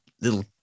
little